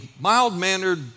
mild-mannered